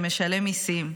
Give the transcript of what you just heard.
שמשלם מיסים,